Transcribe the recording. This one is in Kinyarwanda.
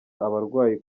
abarwayi